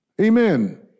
Amen